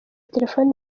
telefoni